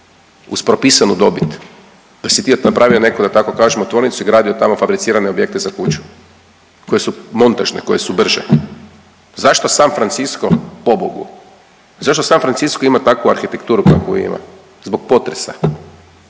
uz propisanu dobit da si ti napravio nekako da kažem tvornicu i gradio tamo fabricirane objekte za kuću koje su montažne, koje su brže. Zašto San Francisko pobogu, zašto San Francisko ima takvu arhitekturu kakvu ima? Zbog potresa.